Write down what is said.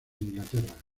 inglaterra